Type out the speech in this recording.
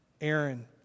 Aaron